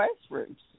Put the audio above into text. classrooms